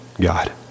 God